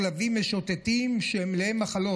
כלבים משוטטים שהם מלאי מחלות,